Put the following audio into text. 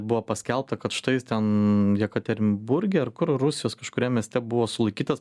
buvo paskelbta kad štai jis ten jekaterinburge ar kur rusijos kažkuriam mieste buvo sulaikytas